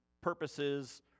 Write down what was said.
purposes